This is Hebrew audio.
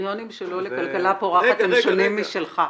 הקריטריונים שלו לכלכלה פורחת הם שונים משלך.